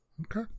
okay